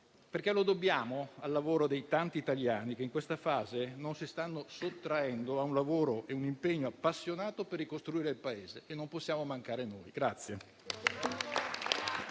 perché lo dobbiamo al lavoro dei tanti italiani che in questa fase non si stanno sottraendo a un impegno appassionato per ricostruire il Paese e non possiamo mancare noi.